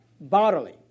bodily